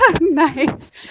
Nice